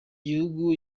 gihugu